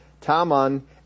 Taman